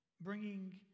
bringing